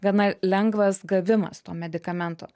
gana lengvas gavimas to medikamento